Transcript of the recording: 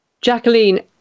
jacqueline